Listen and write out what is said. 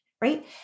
right